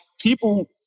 people